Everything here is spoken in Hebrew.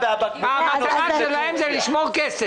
הרי המטרה שלהם זה לשמור כסף.